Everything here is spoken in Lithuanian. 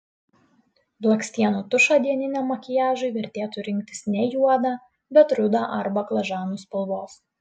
blakstienų tušą dieniniam makiažui vertėtų rinktis ne juodą bet rudą ar baklažanų spalvos